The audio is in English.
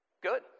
Good